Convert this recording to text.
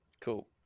Cool